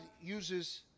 uses